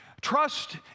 trust